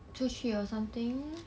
出去 or something